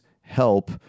help